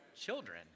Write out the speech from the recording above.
children